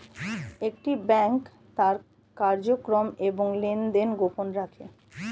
একটি ব্যাংক তার কার্যক্রম এবং লেনদেন গোপন রাখে